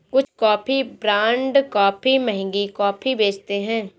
कुछ coffee brand काफी महंगी कॉफी बेचते हैं